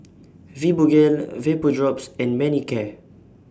Fibogel Vapodrops and Manicare